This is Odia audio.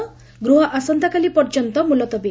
ଗୃହ ଆସନ୍ତାକାଲି ପର୍ଯ୍ୟନ୍ତ ମୁଲତବୀ